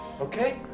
Okay